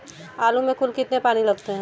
आलू में कुल कितने पानी लगते हैं?